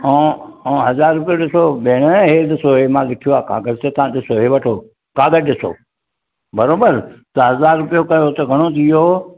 ऐं ऐं हज़ार रुपयो ॾिसो भेण हे ॾिसो इहे मां लिखियो आहे काॻर ते तव्हां ॾिसो हे वठो काॻरु सो बराबरि त हज़ार रुपयो पियो त घणो थी वियो